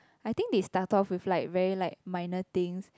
I think they start off with like very like minor thing